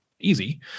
easy